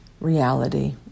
reality